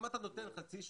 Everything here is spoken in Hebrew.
אם אתה נותן חצי שנה,